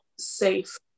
safe